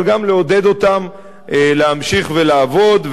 אבל גם לעודד אותם להמשיך ולעבוד,